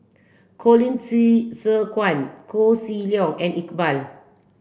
Colin Qi Zhe Quan Koh Seng Leong and Iqbal